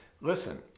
listen